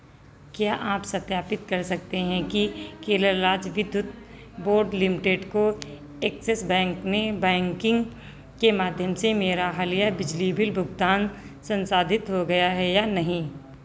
क्या आप सत्यापित कर सकते हैं कि केरल राज्य विद्युत बोर्ड लिमिटेड को एक्सिस बैंक ने बैंकिंग के माध्यम से मेरा हालिया बिजली बिल भुगतान संसाधित हो गया है या नहीं